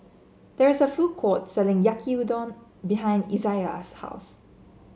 there is a food court selling Yaki Udon behind Izaiah's house